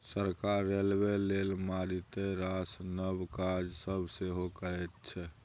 सरकार रेलबे लेल मारिते रास नब काज सब सेहो करैत छै